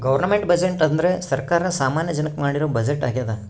government budget ಅಂದ್ರೆ ಸರ್ಕಾರ ಸಾಮಾನ್ಯ ಜನಕ್ಕೆ ಮಾಡಿರೋ ಬಜೆಟ್ ಆಗ್ಯದ